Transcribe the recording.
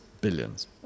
billions